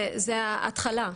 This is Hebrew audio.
זה ההתחלה,